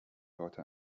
heute